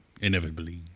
inevitably